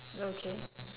okay